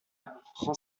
prend